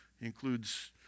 includes